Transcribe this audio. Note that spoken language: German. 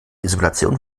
isolation